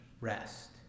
rest